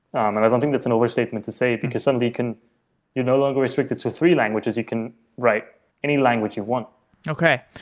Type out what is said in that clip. um and i don't think that's an overstatement to say, because someday you can you no longer restrict it to three languages. you can write any language you want okay.